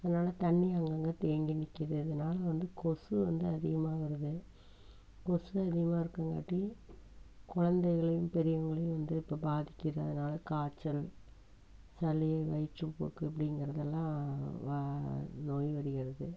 அதனால தண்ணீர் அங்கங்கே தேங்கி நிற்குது அதனால வந்து கொசு வந்து அதிகமாக வருது கொசு அதிகமாக இருக்கங்காட்டி குழந்தைகளையும் பெரியவங்களையும் வந்து இப்போ பாதிக்குது அதனால காச்சல் சளி வயிற்றுபோக்கு அப்படிங்கிறதெல்லாம் வா நோய் நொடி வருது